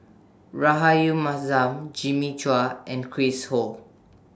Rahayu Mahzam Jimmy Chua and Chris Ho